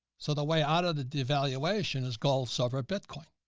so the way out of the devaluation is gold, silver, bitcoin.